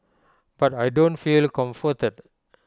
but I don't feel comforted